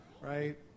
right